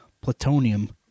plutonium